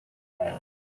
them